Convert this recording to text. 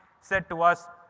said to us,